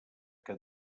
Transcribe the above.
que